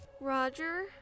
Roger